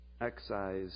excise